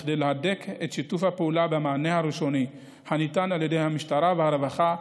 כדי להדק את שיתוף הפעולה במענה הראשוני הניתן על ידי המשטרה והרווחה.